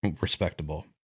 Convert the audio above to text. respectable